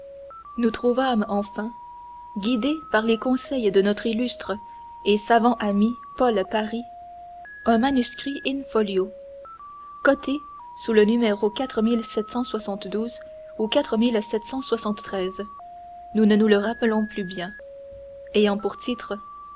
nous trouvâmes enfin guidé par les conseils de notre illustre et savant ami paulin paris un manuscrit in-folio coté le où nous ne nous le rappelons plus bien ayant pour titre